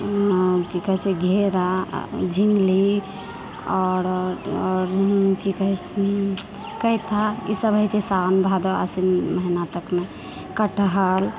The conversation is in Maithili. की कहै छै घेरा झिङ्गली आओर आओर आओर की कहै कैथा ई सभ होइत छै सावन भादो आश्विन महिना तकमे कटहल